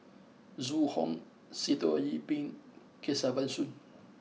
Zhu Hong Sitoh Yih Pin Kesavan Soon